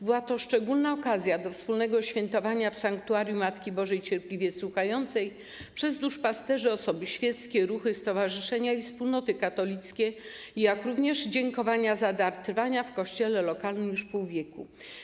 Była to szczególna okazja do wspólnego świętowania w sanktuarium Matki Bożej Cierpliwie Słuchającej przez duszpasterzy, osoby świeckie, ruchy, stowarzyszenia i wspólnoty katolickie, jak również do dziękowania za dar trwania w kościele lokalnym już pół wieku.